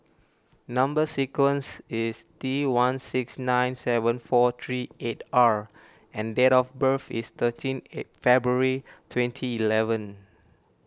Number Sequence is T one six nine seven four three eight R and date of birth is thirteen February twenty eleven